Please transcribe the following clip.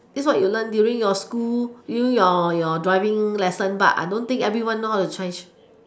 this is what you learn during your school during your your driving lesson but I don't think everyone know how to change